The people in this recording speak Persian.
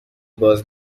باز